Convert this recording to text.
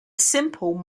simple